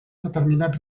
determinats